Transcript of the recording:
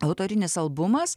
autorinis albumas